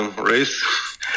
race